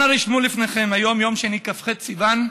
אנא רשמו לפניכם: היום יום שני, כ"ח בסיוון,